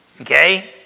Okay